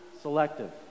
selective